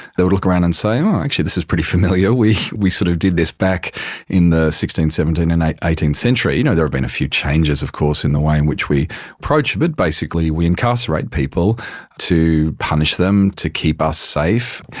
they would look around and so um ah actually this is pretty familiar, we we sort of did this back in the sixteenth, seventeenth and eighteenth century. you know, there have been a few changes of course in the way in which we approach it, but basically we incarcerate people to punish them, to keep us safe,